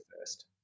first